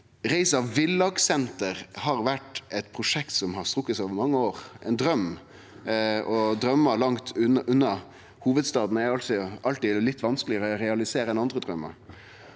Reisa Villakssenter har vore eit prosjekt som har strekt seg over mange år, ein draum. Draumar langt unna hovudstaden er alltid litt vanskelegare å realisere enn andre draumar.